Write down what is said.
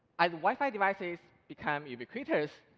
as wi-fi devices become ubiquitous,